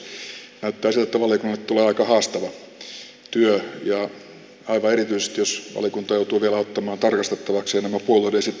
näyttää siltä että valiokunnalle tulee aika haastava työ ja aivan erityisesti jos valiokunta joutuu vielä ottamaan tarkastettavaksi nämä puolueiden esittämät vaalilupaukset ja niiden toteutumisen